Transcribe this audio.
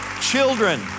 children